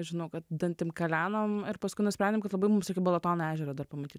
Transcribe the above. žinau kad dantim kalenom ir paskui nusprendėm kad mums reikia balatono ežero dar pamatyt